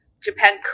Japan